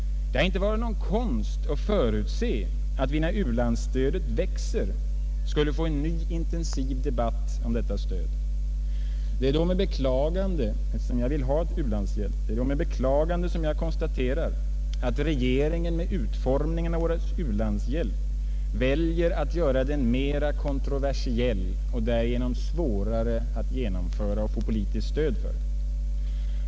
Det har inte varit någon konst att förutse att vi när u-landsstödet växer skulle få en ny intensiv debatt om detta stöd. Det är då med beklagande — eftersom jag vill ha ett u-landsstöd — som jag konstaterar att regeringen med utformningen av vår u-landshjälp väljer att göra den mera kontroversiell och därmed svårare att genomföra och få politiskt stöd för.